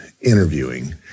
interviewing